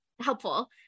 helpful